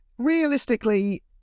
Realistically